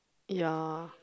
ya